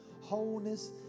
wholeness